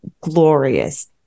glorious